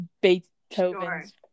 beethoven's